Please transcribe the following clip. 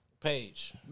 Page